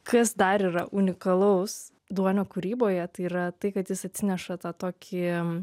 kas dar yra unikalaus duonio kūryboje tai yra tai kad jis atsineša tą tokį